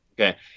Okay